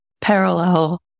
parallel